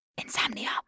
insomnia